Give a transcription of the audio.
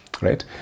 right